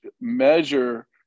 measure